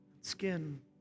skin